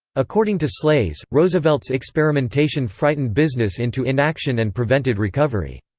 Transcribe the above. according to shlaes, roosevelt's experimentation frightened business into inaction and prevented recovery.